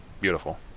beautiful